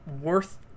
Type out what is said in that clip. worth